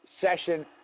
session